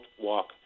walk